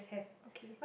okay